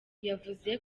yavuze